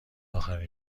آخرین